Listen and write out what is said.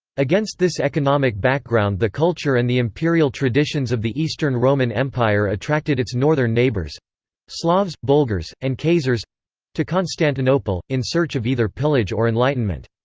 against this economic background the culture and the imperial traditions of the eastern roman empire attracted its northern neighbours slavs, bulgars, and khazars to constantinople, in search of either pillage or enlightenment.